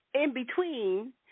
in-between